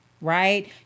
right